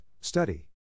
Study